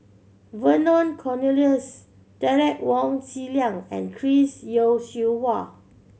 Vernon Cornelius Derek Wong Zi Liang and Chris Yeo Siew Hua